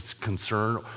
concern